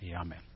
amen